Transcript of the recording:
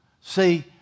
See